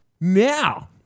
Now